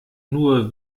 nur